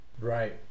Right